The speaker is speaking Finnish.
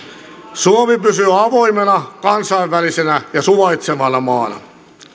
suomi pysyy avoimena kansainvälisenä ja suvaitsevana maana